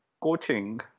coaching